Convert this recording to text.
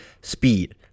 speed